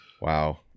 Wow